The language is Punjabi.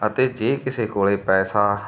ਅਤੇ ਜੇ ਕਿਸੇ ਕੋਲੇ ਪੈਸਾ